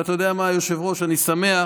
ואתה יודע מה, היושב-ראש, אני שמח